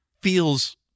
feels